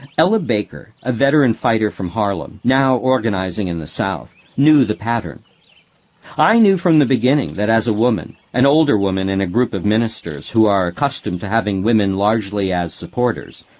ella baker, a veteran fighter from harlem, now organizing in the south, knew the pattern i knew from the beginning that as a woman, an older woman in a group of ministers who are accustomed to having women largely as supporters,